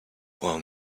while